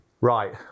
right